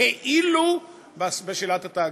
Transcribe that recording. כאילו בשאלת התאגיד.